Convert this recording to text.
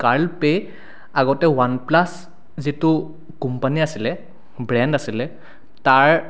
Carl Pei' আগতে OnePlus যিটো company আছিলে ব্ৰেণ্ড আছিলে তাৰ